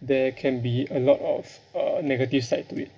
there can be a lot of uh negative side to it